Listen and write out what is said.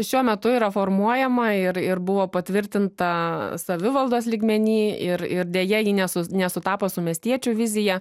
šiuo metu yra formuojama ir ir buvo patvirtinta savivaldos lygmeny ir ir deja ji nesu nesutapo su miestiečių vizija